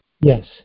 Yes